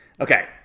Okay